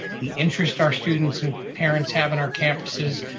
the interest our students and parents have in our campuses,